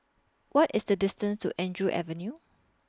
What IS The distance to Andrew Avenue